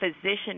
physician